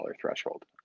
threshold